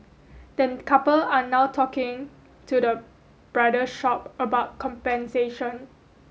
the couple are now talking to the bridal shop about compensation